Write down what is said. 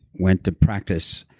went to practice,